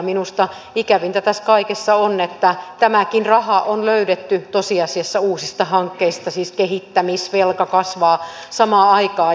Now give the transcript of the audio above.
minusta ikävintä tässä kaikessa on että tämäkin raha on löydetty tosiasiassa uusista hankkeista siis kehittämisvelka kasvaa samaan aikaan